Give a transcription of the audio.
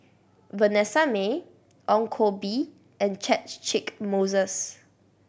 Vanessa Mae Ong Koh Bee and Catchick Moses